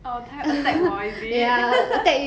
orh 它要 attack 我 is it